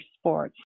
sports